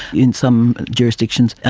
in some jurisdictions,